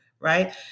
right